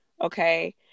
Okay